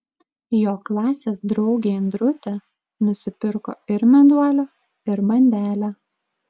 jo klasės draugė indrutė nusipirko ir meduolio ir bandelę